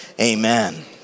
amen